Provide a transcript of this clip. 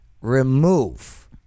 remove